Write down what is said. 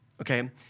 okay